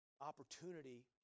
opportunity